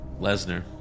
Lesnar